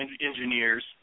engineers